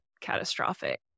catastrophic